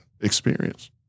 experience